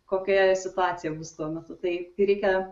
kokia situacija bus tuo metu tai tai reikia